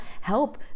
help